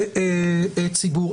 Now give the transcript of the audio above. נציגות ציבור.